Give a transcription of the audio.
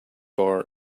bar